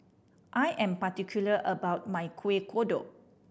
I am particular about my Kuih Kodok